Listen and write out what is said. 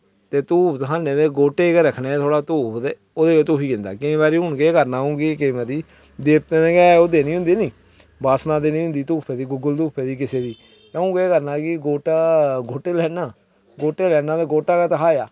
ते धूफ धखानै ते गोह्टें च गै रक्खने धूखी जंदा ते केईं बारी अं'ऊ केह् करना कि केईं बारी देवतें ई गै ओह् देनी होंदी निं वासना देनी होंदी धूफै दी गुग्गल धूफै दी अं'ऊ केह् करना कि गोह्टा गोह्टे लैना ते गोह्टा गै धुखाया